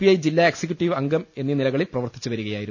I ജില്ലാ executive അംഗം എന്നീ നിലകളിൽ പ്രവർത്തിച്ചുവരികയായിരുന്നു